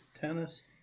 Tennis